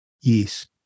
Yes